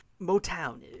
Motown